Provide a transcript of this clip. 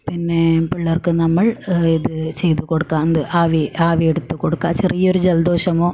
പിന്നെ പിള്ളെർക്ക് നമ്മൾ ഇത് ചെയ്ത് കൊടുക്കുക എന്ത് ആവി ആവി എടുത്തു കൊടുക്കുക ചെറിയ ഒരു ജലദോഷമോ